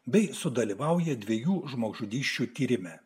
bei sudalyvauja dviejų žmogžudysčių tyrime